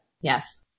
Yes